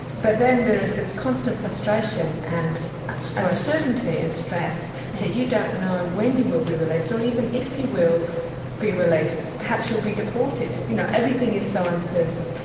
but then there is this constant frustration and uncertainty and stress that you don't know when you will be released or even if you will be released. perhaps you will be deported, you know everything is so uncertain.